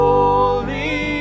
Holy